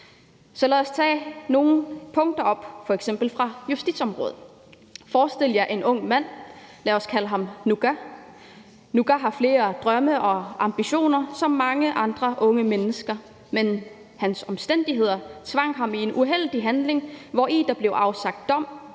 Så lad os tage nogle punkter fra f.eks. justitsområdet op. Forestil jer en ung mand, lad os kalde ham Nuka. Nuka har flere drømme og ambitioner som mange andre unge mennesker, men hans omstændigheder tvang ham ud i en uheldig handling, hvori der blev afsagt dom,